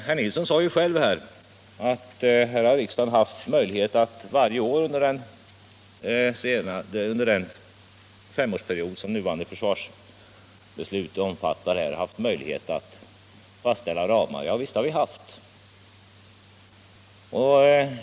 Herr Nilsson sade ju själv att riksdagen varje år under den femårsperiod som det nuvarande försvarsbeslutet omfattar haft möjlighet att fastställa ramar. Javisst, det har vi haft!